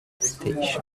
station